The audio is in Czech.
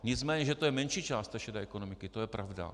Nicméně že je to menší část té šedé ekonomiky, to je pravda.